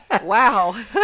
Wow